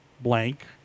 blank